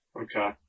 Okay